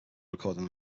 recording